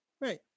right